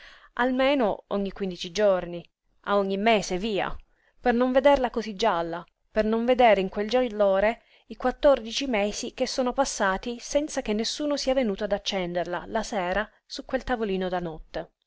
a ogni quindici giorni a ogni mese via per non vederla cosí gialla per non vedere in quel giallore i quattordici mesi che sono passati senza che nessuno sia venuto ad accenderla la sera su quel tavolino da notte